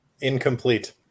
Incomplete